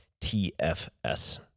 TFS